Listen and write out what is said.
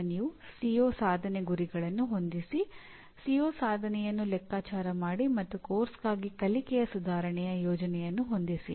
ಈಗ ನೀವು ಸಿಒ ಸಾಧನೆಯನ್ನು ಲೆಕ್ಕಾಚಾರ ಮಾಡಿ ಮತ್ತು ಪಠ್ಯಕ್ರಮಕ್ಕಾಗಿ ಕಲಿಕೆಯ ಸುಧಾರಣೆಯ ಯೋಜನೆಯನ್ನು ಹೊಂದಿಸಿ